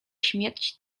śmierć